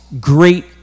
great